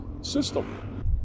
system